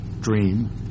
dream